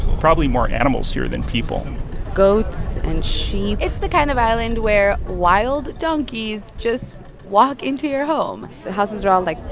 probably more animals here than people goats and sheep. it's the kind of island where wild donkeys just walk into your home. the houses are all, like,